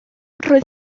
roedd